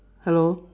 hello